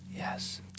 Yes